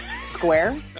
square